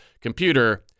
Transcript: computer